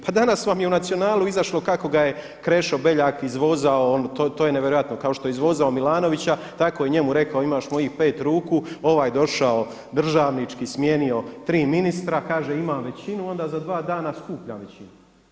Pa danas vam je u Nacionalu izašlo kako ga je Krešo Beljak izvozao, to je nevjerojatno, kao što je izvozao Milanovića tako je i njemu rekao imaš mojih pet ruku ovaj došao državnički smijenio tri ministra, kaže imam većinu onda za dva skupljam većinu.